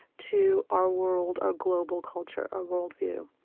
to our world, our global culture, our worldview,